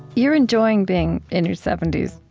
you're enjoying being in your seventy s,